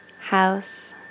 house